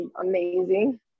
amazing